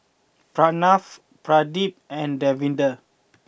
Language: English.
Pranav Pradip and Davinder